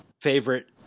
favorite